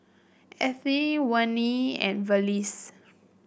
Ethie Wayne and Felice